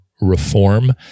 reform